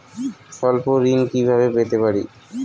স্বল্প ঋণ কিভাবে পেতে পারি?